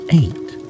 eight